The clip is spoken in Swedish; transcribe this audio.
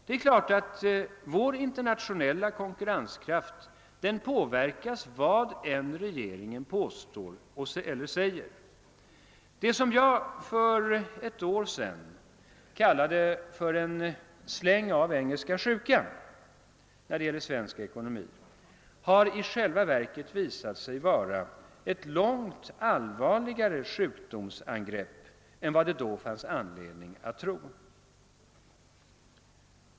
Det är klart, att vår internationella konkurrenskraft påverkas av detta vad än regeringen påstår. Det som jag för ett år sedan kallade en släng av engelska sjukan när det gäller svensk ekonomi har i själva verket visat sig vara ett långt allvarligare sjukdomsangrepp än vad det då fanns anledning att tro.